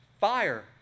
fire